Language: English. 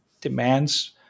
demands